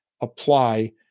apply